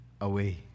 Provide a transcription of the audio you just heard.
away